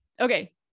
Okay